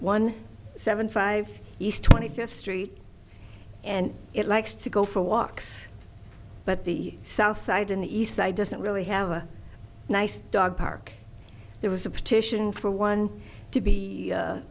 one seven five east twenty fifth street and it likes to go for walks but the south side in the east side doesn't really have a nice dog park there was a petition for one to be